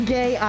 gay